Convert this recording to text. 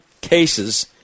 cases